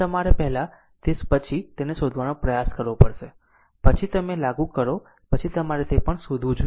આમ તમારે પહેલા તે પછી તેને શોધવાનો પ્રયાસ કરવો પડશે પછી તમે લાગુ કરો પછી તમારે તે પણ શોધવું જોઈએ કે તમારું RThevenin છે